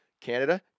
Canada